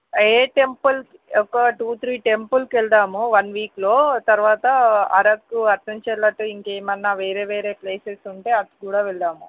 ఏ temple ఒక two three టెంపుల్కి వెళ్దాము వన్ వీక్లో తరువాత అరకు అట్నుంచి అటు వేరే వేరే ప్లేసెస్ ఉంటే అటు కూడా వెళ్దాము